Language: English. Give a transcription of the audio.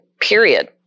period